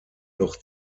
noch